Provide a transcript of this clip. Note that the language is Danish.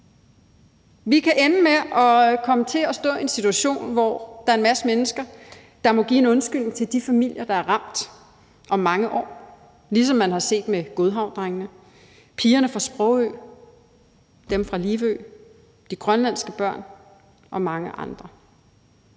Vi kan ende med at komme til at stå i en situation, hvor der er en masse mennesker, der må give en undskyldning til de familier, der er ramt, om mange år, ligesom man har set det med Godhavnsdrengene, pigerne fra Sprogø, dem fra Livø, de grønlandske børn og mange andre,